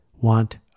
want